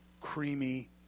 creamy